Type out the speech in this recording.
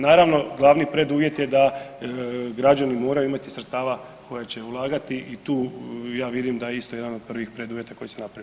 Naravno, glavni preduvjet je da građani moraju imati sredstava koje će ulagati i tu ja vidim da je isto jedan od prvih preduvjeta koji se napravi.